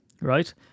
right